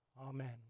Amen